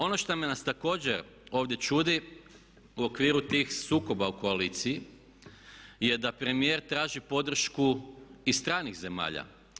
Ono što nas također ovdje čudi u okviru tih sukoba u koaliciji je da premijer traži podršku i stranih zemalja.